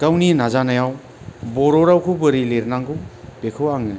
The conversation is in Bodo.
गावनि नाजानायव बर' रावखौ बोरै लिरनांगौ बेखौ आङो